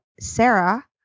Sarah